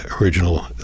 original